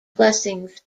blessings